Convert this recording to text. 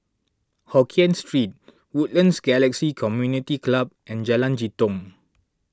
Hokien Street Woodlands Galaxy Community Club and Jalan Jitong